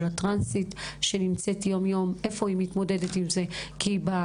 של הטרנסית שמתמודדת עם זה יום יום.